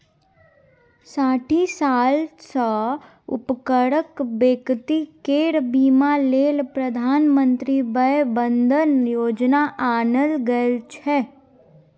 साठि साल सँ उपरक बेकती केर बीमा लेल प्रधानमंत्री बय बंदन योजना आनल गेल छै